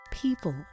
people